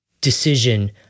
decision